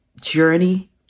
journey